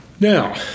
Now